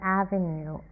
avenue